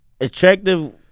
Attractive